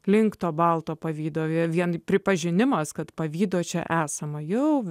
link to balto pavydo vien pripažinimas kad pavydo čia esama jau